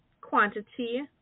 quantity